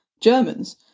Germans